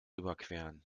überqueren